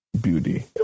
beauty